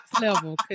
level